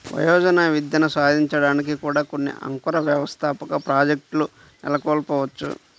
వయోజన విద్యని సాధించడానికి కూడా కొన్ని అంకుర వ్యవస్థాపక ప్రాజెక్ట్లు నెలకొల్పవచ్చు